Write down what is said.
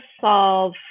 solve